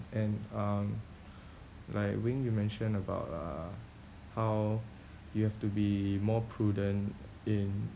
and um like wing you mention about uh how you have to be more prudent in